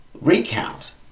recount